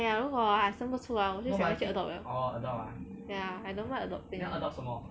!aiya! 如果生不出 ah 我就想要去 adopt liao ya I don't mind adopting no